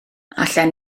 allan